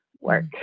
work